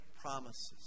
promises